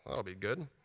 that'll be good.